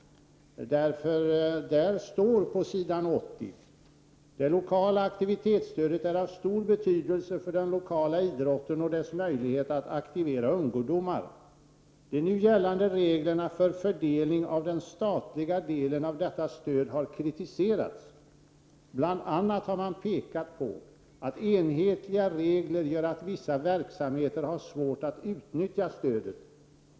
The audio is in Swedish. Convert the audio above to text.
Där står nämligen på s. 80: ”Det lokala aktivitetsstödet är av stor betydelse för den lokala idrotten och dess möjlighet att aktivera ungdomar. De nu gällande reglerna för fördelning av den statliga delen av detta stöd har kritiserats. Bland annat har man pekat på, att enhetliga regler gör att vissa verksamheter har svårt att utnyttja stödet.